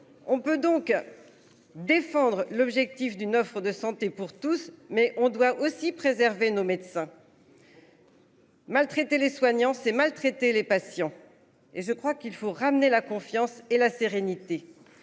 On peut donc. Défendre l'objectif d'une offre de santé pour tous. Mais on doit aussi préserver nos médecins. Maltraités les soignants c'est maltraité les patients. Et je crois qu'il faut ramener la confiance et la sérénité.